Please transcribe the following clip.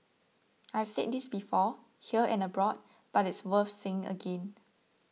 I have said this before here and abroad but it's worth saying again